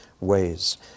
ways